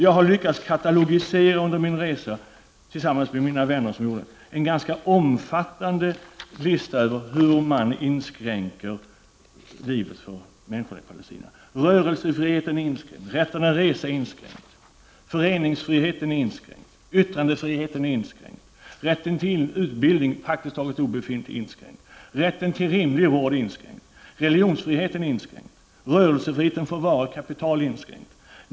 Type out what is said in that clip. Under den resa som jag gjorde tillsammans med mina vänner lyckades jag katalogisera en ganska omfattande lista över hur man inskränker livet för människorna i Palestina. Rörelsefriheten är inskränkt. Rätten att resa är inskränkt. Föreningsfriheten är inskränkt. Yttrandefriheten är inskränkt. Rätten till utbildning — vilken praktiskt taget är obefintlig — är inskränkt. Rätten till rimlig vård är inskränkt. Religionsfriheten är inskränkt. Rörelsefriheten för varor och kapital är inskränkt.